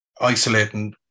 isolating